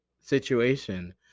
situation